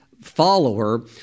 follower